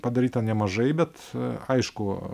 padaryta nemažai bet aišku